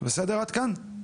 בסדר עד כאן?